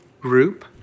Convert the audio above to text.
group